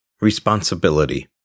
Responsibility